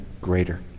greater